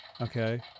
Okay